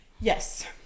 Yes